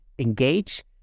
Engage